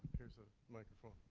here's a microphone.